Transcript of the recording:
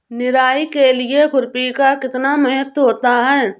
निराई के लिए खुरपी का कितना महत्व होता है?